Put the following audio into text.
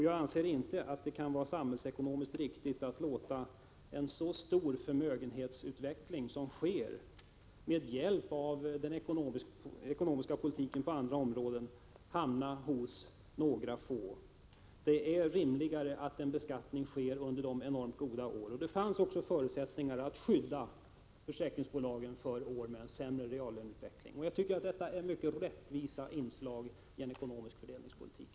Jag anser inte att det kan vara samhällsekonomiskt riktigt att låta en så stor förmögenhetsutveckling, som sker med hjälp av den ekonomiska politiken på andra områden, hamna hos några få. Det är rimligare att en beskattning sker under de goda åren. Det fanns också förutsättningar att skydda försäkringsbolagen under år med en sämre realränteutveckling. Jag tycker att detta är rättvisa inslag i en ekonomisk fördelningspolitik.